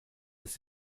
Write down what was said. ist